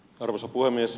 arvoisa puhemies